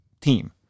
team